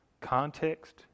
Context